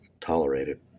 tolerated